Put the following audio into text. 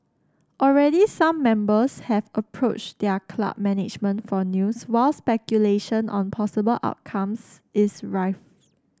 already some members have approached their club management for news while speculation on possible outcomes is rife